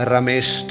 Ramesh